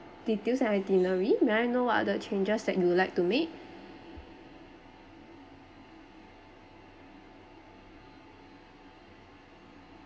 details and itinerary may I know what are the changes that you'd like to make